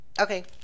Okay